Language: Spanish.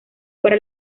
para